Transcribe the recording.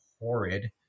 horrid